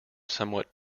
somewhat